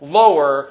lower